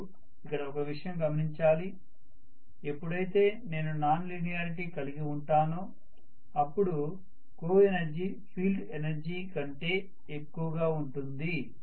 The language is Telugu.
మీరు ఇక్కడ ఒక విషయం గమనించాలి ఎప్పుడైతే నేను నాన్ లీనియారిటీ కలిగి వుంటానో అప్పుడు కోఎనర్జీ ఫీల్డ్ ఎనర్జీ కంటే ఎక్కువ గా ఉంటుంది